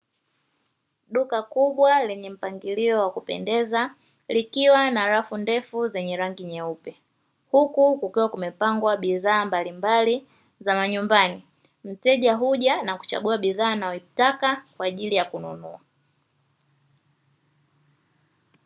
Duka kubwa lenye mpangilio wa kupendeza likiwa na rafu ndefu zenye rangi nyeupe huku kukiwa kumepangwa bidhaa mbalimbali za manyumbani, mteja huja kwa ajili ya kuchagua bidhaa anazozitaka kwa ajili ya kununua.